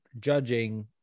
judging